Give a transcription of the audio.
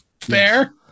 fair